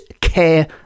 care